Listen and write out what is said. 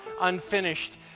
unfinished